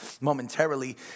momentarily